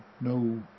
no